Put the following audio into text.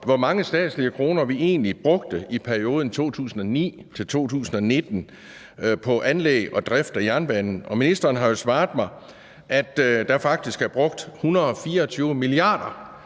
hvor mange statslige kroner vi egentlig brugte i perioden 2009-2019 på anlæg og drift af jernbanen, og ministeren har jo svaret mig, at der faktisk er brugt 124 mia.